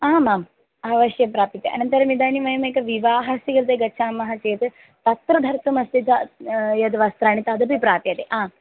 आम् आम् अवश्यं प्राप्यते अनन्तरमिदानीं वयम् एक विवाहस्य कृते गच्छामः चेत् तत्र धर्तुमस्ति यद्वस्त्राणि तदपि प्राप्यते आम्